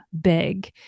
big